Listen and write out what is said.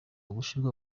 gushyirwa